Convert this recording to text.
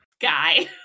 guy